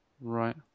Right